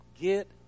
get